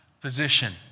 position